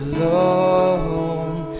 Alone